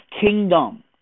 kingdom